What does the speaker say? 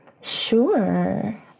Sure